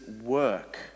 work